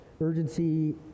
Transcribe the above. urgency